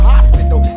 Hospital